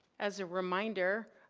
as a reminder,